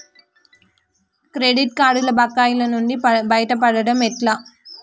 Credit కార్డుల బకాయిల నుండి బయటపడటం ఎట్లా?